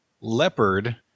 leopard